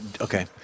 Okay